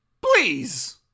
Please